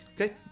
Okay